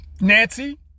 Nancy